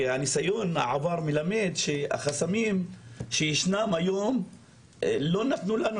כי ניסיון העבר מלמד שהחסמים שישנם היום לא נתנו לנו